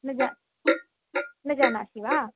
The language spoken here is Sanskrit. न ज न जानासि वा